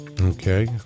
Okay